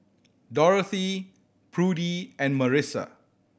Dorothy Prudie and Marissa